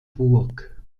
burg